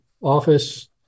office